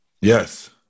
Yes